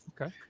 Okay